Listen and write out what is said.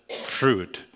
fruit